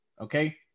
Okay